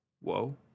Whoa